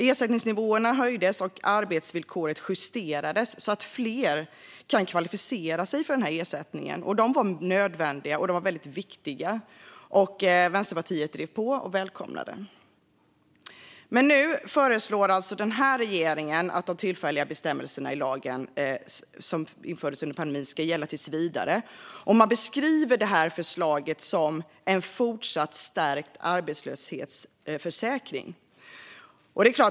Ersättningsnivåerna höjdes, och arbetsvillkoret justerades så att fler kunde kvalificera sig för ersättning. Det var nödvändiga och viktiga förstärkningar som Vänsterpartiet drev på och välkomnade. Nu föreslår alltså den här regeringen att de tillfälliga bestämmelser i lagen som infördes under pandemin ska gälla tills vidare och beskriver förslaget som "en fortsatt stärkt arbetslöshetsförsäkring".